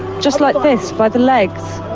just like this, by the legs.